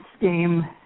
game